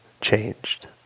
changed